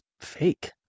fake